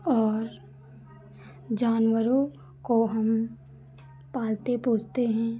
और जानवरों को हम पालते पोसते हैं